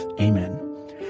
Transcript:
amen